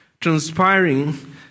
transpiring